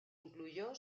incluyó